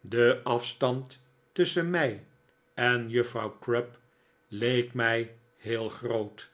de afstand tusschen mij en juffrouw crupp leek mij heel groot